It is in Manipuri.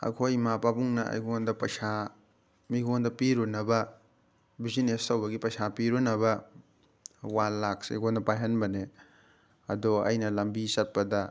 ꯑꯩꯈꯣꯏ ꯏꯝꯥ ꯄꯥꯕꯨꯡꯅ ꯑꯩꯉꯣꯟꯗ ꯄꯩꯁꯥ ꯃꯤꯉꯣꯟꯗ ꯄꯤꯔꯨꯅꯕ ꯕꯤꯖꯤꯅꯦꯁ ꯇꯧꯕꯒꯤ ꯄꯩꯁꯥ ꯄꯤꯔꯨꯅꯕ ꯋꯥꯟ ꯂꯥꯛꯁꯦ ꯑꯩꯉꯣꯟꯗ ꯄꯥꯏꯍꯟꯕꯅꯦ ꯑꯗꯣ ꯑꯩꯅ ꯂꯝꯕꯤ ꯆꯠꯄꯗ